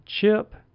Chip